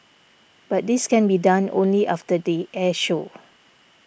but this can be done only after the air show